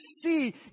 see